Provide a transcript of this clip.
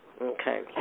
Okay